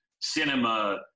cinema